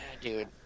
dude